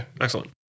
excellent